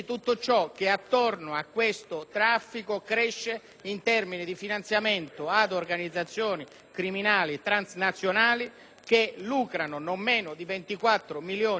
criminali transnazionali che lucrano non meno di 24 milioni di euro l'anno solo sul traffico e sul trasporto dei migranti stessi.